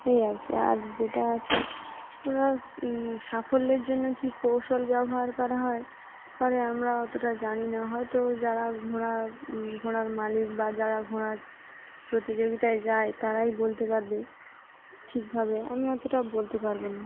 এই আর কি আর যেটা আছে ওরা সাফল্যের জন্য কী কৌশল ব্যবহার করা হয় পরে আমরা অতটা জানি না হয় তো যারা ঘোড়া ঘোড়ার মালিক বা যারা ঘোড়ার প্রতিযোগিতায় যায় তারাই বলতে পারবে ঠিকভাবে আমি অতটা বলতে পারব না